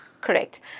correct